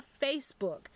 Facebook